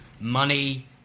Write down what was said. money